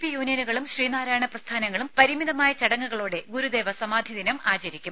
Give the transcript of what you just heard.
P യൂണിയനുകളും ശ്രീനാരായണ പ്രസ്ഥാനങ്ങളും പരിമിതമായ ചടങ്ങുകളോടെ ഗുരുദേവ സമാധിദിനം ആചരിക്കും